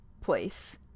place